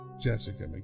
Jessica